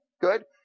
good